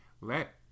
Let